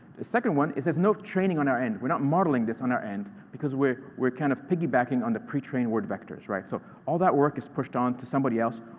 the second one is there's no training on our end. we're not modeling this on our end, because we're we're kind of piggybacking on the pre-trained word vectors, right? so all that work is pushed on to somebody else.